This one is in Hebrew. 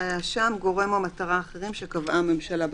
גורם או מטרה אחרים שקבעה הממשלה בתקנות."